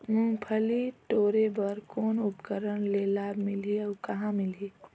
मुंगफली टोरे बर कौन उपकरण ले लाभ मिलही अउ कहाँ मिलही?